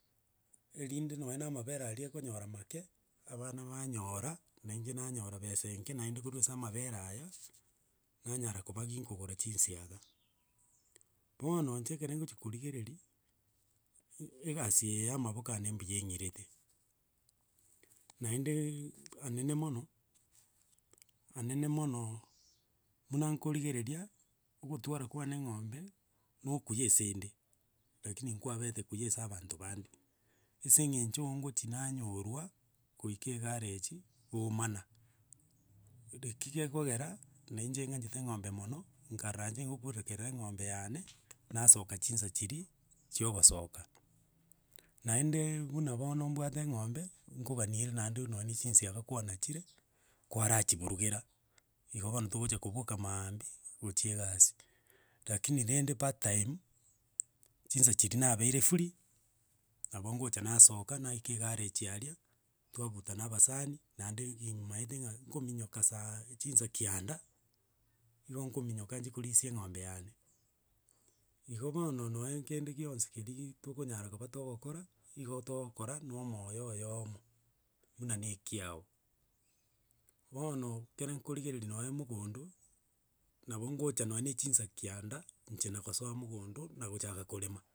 Erinde nonye na mabere aria ekonyora make, abana baanyora, na inche nanyora besa enke, naende korwa ase amabere aya, nanyara koba ginkogora chinsiaga bono inche ekere ngochi korigereria, e- egasi eye ya amaboko ane mbuya eng'irete, naendeee anene mono, anene mono, buna nkorigereria, ogotwara kwane eng'ombe na okuya ase ende, rakini nkwabete kuya ase abanto bande, ase eng'encho ngochi nanyorwa, goika egareji, baomana eki gekogera na inche ng'anchete eng'ombe mono, nkarora inche ngokurekera eng'ombe yane nasoka chinsa chiria chia ogosoka, naende buna bono mbwate eng'ombe, nkogani ere naende nonye na echinsiaga nkwana chire, kwara chiburugera, igo bono togocha koboka maambia, gochi egasi, rakini rende part time, chinsa chiria nabeire furii, nabo ngocha nasoka naika egareji aria, ntwabuta na abasani, naende gimaete ng'a nkominyoka saa chinsa kianda, igo nkominyoka nchi korisia eng'ombe yane. Igo bono nonye kende gionsi keriaaa tokonyara koba togokora, igo togokora na omoyo oyomo, buna na ekiago. Bono, ekere nkorigereria nonye mogondo, nabo ngocha nonye chinsa kianda, inche nagosoa mogondo, nagochaka korema.